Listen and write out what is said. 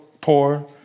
poor